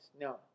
No